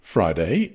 Friday